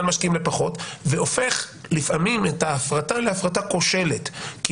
על משקיעים לפחות והופך לפעמים את ההפרטה להפרטה כושלת כי